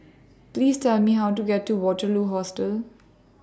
Please Tell Me How to get to Waterloo Hostel